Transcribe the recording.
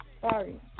sorry